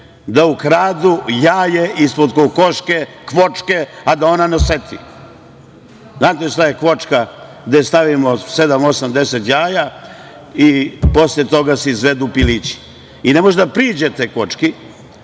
da ukradu jaje ispod kokoške, kvočke, a da ona ne oseti. Znate, šta je kvočka, gde stavimo sedam, osam, deset jaja i posle toga se izlegu pilići i ne možete da priđete kvočki,